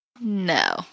No